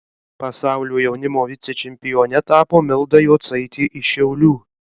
pasaulio jaunimo vicečempione tapo milda jocaitė iš šiaulių